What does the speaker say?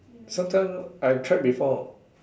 sometime I've tried before